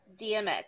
DMX